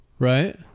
Right